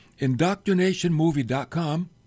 indoctrinationmovie.com